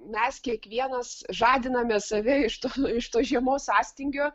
mes kiekvienas žadiname save iš to iš to žiemos sąstingio